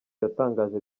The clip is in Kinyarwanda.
yatangaje